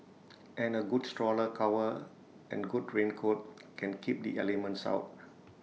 and A good stroller cover and good raincoat can keep the elements out